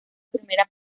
primera